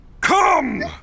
Come